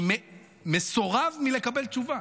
אני מסורב מלקבל תשובה.